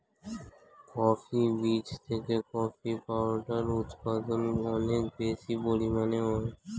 coffee বীজ থেকে coffee powder উৎপাদন অনেক বেশি পরিমাণে হয়